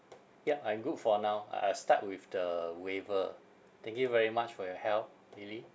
yup I'm good for now I'll I'll start with the waiver thank you very much for your help lily